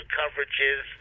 coverages